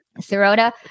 Sirota